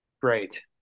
great